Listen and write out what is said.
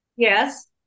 Yes